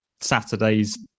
Saturday's